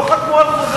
לא חתמו על חוזה.